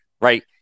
Right